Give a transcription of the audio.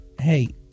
hey